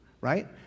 right